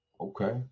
Okay